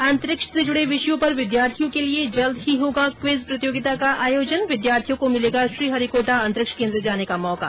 अंतरिक्ष से जुड़े विषयों पर विद्यार्थियों के लिए जल्द ही होगा क्विज प्रतियोगिता का आयोजन विद्यार्थियों को मिलेगा श्रीहरिकोटा अंतरिक्ष केन्द्र जाने का मौका